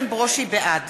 בעד